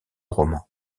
roman